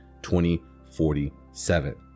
2047